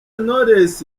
knowles